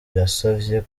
yasavye